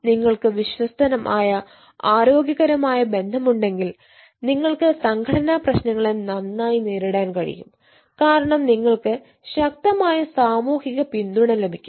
നിങ്ങൾക്ക് വിശ്വസ്തമായ ആരോഗ്യകരമായ ബന്ധവുമുണ്ടെങ്കിൽ നിങ്ങൾക്ക് സംഘടനാ പ്രശ്നങ്ങളെ നന്നായി നേരിടാൻ കഴിയും കാരണം നിങ്ങൾക്ക് ശക്തമായ സാമൂഹിക പിന്തുണ ലഭിക്കും